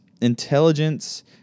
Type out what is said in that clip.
intelligence